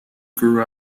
grew